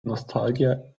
nostalgia